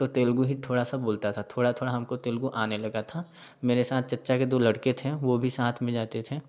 तो तेलगु ही थोड़ा सा बोलता था थोड़ा थोड़ा हमको तेलगु आने लगा था मेरे साथ चाचा के दो लड़के थे वो भी साथ में जाते थे